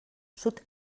sud